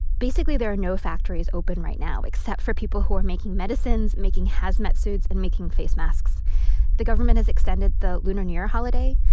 basically, there are no factories open right now except for people who are making medicines, making hazmat suits and making face masks the government has extended the lunar new year holiday.